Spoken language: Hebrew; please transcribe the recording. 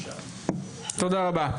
תודה רבה.